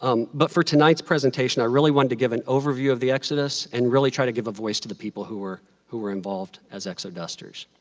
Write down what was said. um but for tonight's presentation, i really wanted to give an overview of the exodus and really try to give a voice to the people who were who were involved as exodusters.